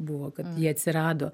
buvo kad jie atsirado